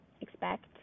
expect